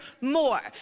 more